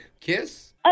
kiss